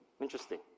Interesting